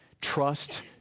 Trust